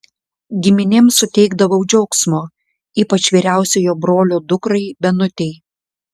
giminėm suteikdavau džiaugsmo ypač vyriausiojo brolio dukrai benutei